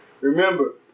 Remember